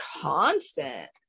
constant